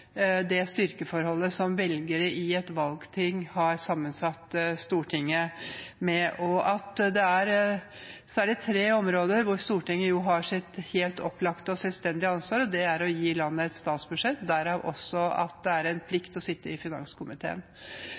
det styrkeforholdet som velgere i et valgting har sammensatt Stortinget med. Det er særlig tre områder hvor Stortinget har sitt helt opplagte og selvstendige ansvar. Det er å gi landet et statsbudsjett, derav at det er en plikt å sitte i finanskomiteen.